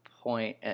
point